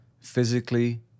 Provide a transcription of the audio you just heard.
physically